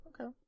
Okay